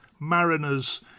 mariners